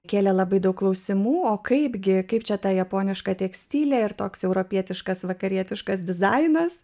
kėlė labai daug klausimų o kaipgi kaip čia tą japonišką tekstilę ir toks europietiškas vakarietiškas dizainas